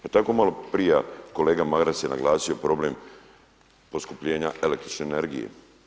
Pa tako malo prije kolega Maras je naglasio problem poskupljenja električne energije.